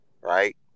Right